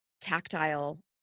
tactile